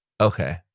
Okay